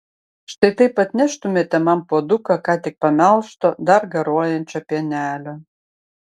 štai taip atneštumėte man puoduką ką tik pamelžto dar garuojančio pienelio